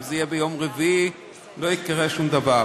אם זה יהיה ביום רביעי לא יקרה שום דבר.